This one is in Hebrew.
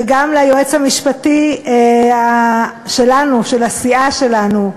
וגם ליועץ המשפטי שלנו, של הסיעה שלנו,